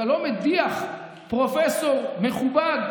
אתה לא מדיח פרופסור מכובד,